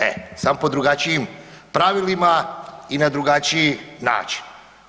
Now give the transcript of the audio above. E, samo pod drugačijim pravilima i na drugačiji način.